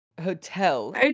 Hotel